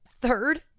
third